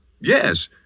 yes